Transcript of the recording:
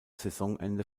saisonende